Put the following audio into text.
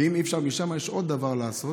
ואם אי-אפשר משם, יש עוד דבר לעשות.